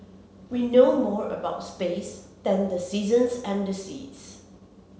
we know more about space than the seasons and the seas